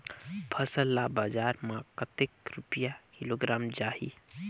फसल ला बजार मां कतेक रुपिया किलोग्राम जाही?